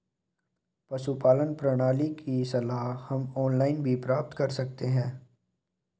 पशुपालन प्रणाली की सलाह हम ऑनलाइन भी प्राप्त कर सकते हैं